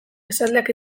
esaldiak